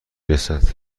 رسد